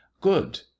good